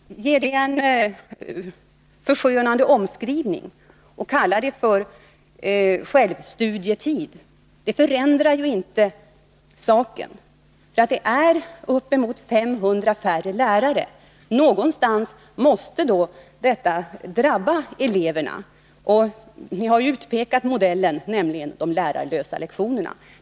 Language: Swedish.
Herr talman! Det är ett intressant påstående som den moderate talesmannen gör: Lärarlösa lektioner är inte bra. Men det är faktiskt det som ni föreslår. 70 milj.kr. skall sparas — det är en nettobesparing, som skolministern sade för en stund sedan. Det innebär uppemot 500 färre tjänster i gymnasieskolan. Dessa miljoner skall framför allt sparas genom att det inte skall finnas lärare på lektionerna. Att ni sedan ger det en förskönande omskrivning och kallar det för självstudietid förändrar inte saken. Det blir ju uppemot 500 färre lärare, och någonstans måste detta drabba eleverna. Ni har utpekat modellen, nämligen de lärarlösa lektionerna.